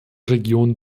region